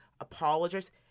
apologize